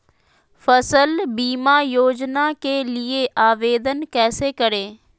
फसल बीमा योजना के लिए आवेदन कैसे करें?